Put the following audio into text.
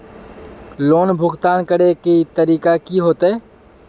Loan भुगतान करे के तरीका की होते?